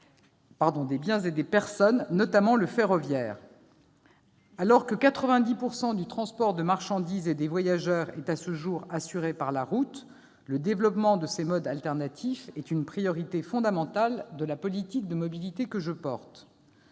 des biens et des personnes, notamment le ferroviaire. Alors que 90 % du transport de marchandises et de voyageurs est à ce jour assuré par la route, le développement de ces modes alternatifs est une priorité fondamentale de la politique de mobilité que je